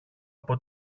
από